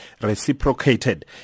reciprocated